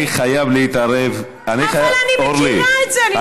אבל אני מכירה את זה.